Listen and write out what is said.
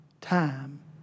time